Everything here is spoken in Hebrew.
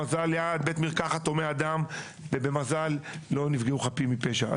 במזל הוא היה ליד בית מרקחת הומה אדם ובמזל לא נפגעו חפים מפשע.